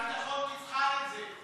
אם יש שם דברים, חוץ וביטחון תבחן את זה.